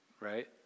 right